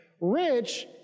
Rich